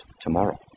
tomorrow